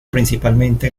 principalmente